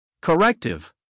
Corrective